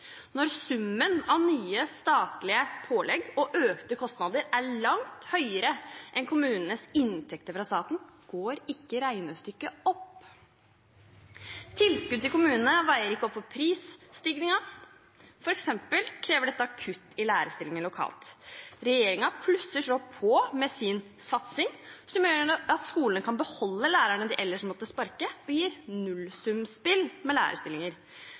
Når summen av nye statlige pålegg og økte kostnader er langt høyere enn kommunenes inntekter fra staten, går ikke regnestykket opp. Tilskuddet til kommunene veier ikke opp for prisstigningen. Det krever f.eks. kutt i lærerstillinger lokalt. Regjeringen plusser så på med sin satsing, som gjør at skolene kan beholde lærerne de ellers hadde måttet sparke – det blir et nullsumspill med lærerstillinger.